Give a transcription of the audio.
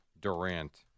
Durant